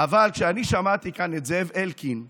אבל כשאני שמעתי כאן את זאב אלקין אומר: